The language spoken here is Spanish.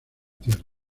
tierra